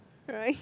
right